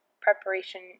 preparation